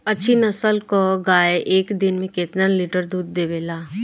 अच्छी नस्ल क गाय एक दिन में केतना लीटर दूध देवे ला?